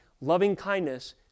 loving-kindness